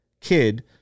kid